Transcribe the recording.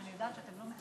אם אני יודעת שאתם לא,